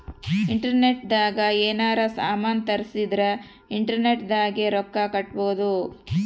internet ದಾಗ ಯೆನಾರ ಸಾಮನ್ ತರ್ಸಿದರ ಇಂಟರ್ನೆಟ್ ದಾಗೆ ರೊಕ್ಕ ಕಟ್ಬೋದು